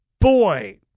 boy